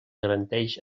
garanteix